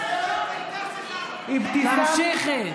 תמשיכי.